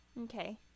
Okay